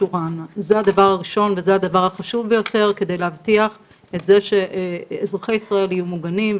זה הדבר הראשון והדבר החשוב ביותר כדי להבטיח שאזרחי ישראל יהיו מוגנים,